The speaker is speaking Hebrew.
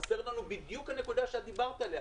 חסרה לנו בדיוק הנקודה שאת דיברת עליה,